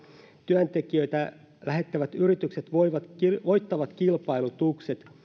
työntekijöitä lähettävät yritykset voittavat kilpailutukset